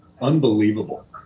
unbelievable